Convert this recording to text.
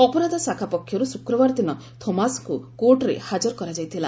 ଅପରାଧ ଶାଖା ପକ୍ଷରୁ ଶୁକ୍ରବାର ଦିନ ଥୋମାସଙ୍କୁ କୋର୍ଟରେ ହାଜର କରାଯାଇଥିଲା